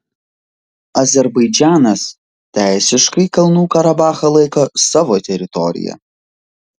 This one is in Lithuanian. azerbaidžanas teisiškai kalnų karabachą laiko savo teritorija